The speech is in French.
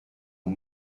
ont